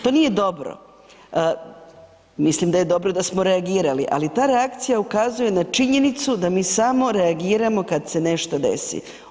To nije dobro, mislim da je dobro da smo reagirali ali ta reakcija ukazuje na činjenicu da mi samo reagiramo kada se nešto desi.